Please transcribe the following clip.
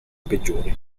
peggiori